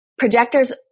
Projectors